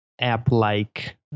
app-like